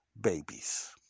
babies